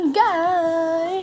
guy